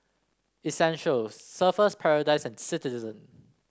Essential Surfer's Paradise and Citizen